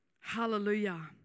Hallelujah